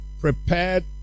prepared